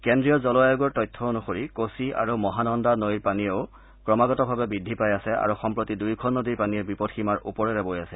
কেশ্ৰীয় জল আয়োগৰ তথ্য অনুসৰি কছি আৰু মহানন্দা নৈৰ পানীয়েও ক্ৰমাগতভাৱে বুদ্ধি পাই আছে আৰু সম্প্ৰতি দুয়োখন নদীৰ পানীয়েই বিপদসীমাৰ ওপৰেৰে বৈ আছে